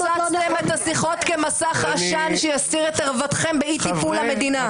אתם פוצצתם את השיחות כמסך עשן שיסתיר את ערוותכם באי-טיפול במדינה.